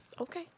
Okay